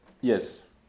Yes